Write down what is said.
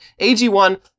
AG1